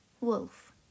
Wolf